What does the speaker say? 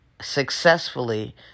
successfully